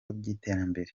by’iterambere